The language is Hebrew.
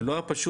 זה לא היה פשוט,